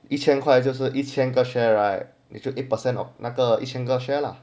一千块就是一千个 share right 你就 eight percent of 那个一千个 share lah